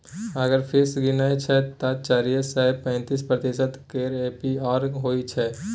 अगर फीस गिनय छै तए चारि सय पैंतीस प्रतिशत केर ए.पी.आर होइ छै